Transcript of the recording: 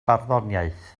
barddoniaeth